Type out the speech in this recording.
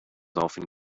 often